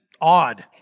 odd